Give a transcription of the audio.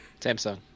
Samsung